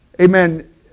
amen